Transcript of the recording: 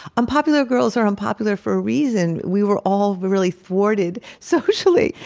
unpopular girls are unpopular for a reason. we were all really thwarted socially,